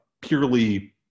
purely